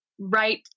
right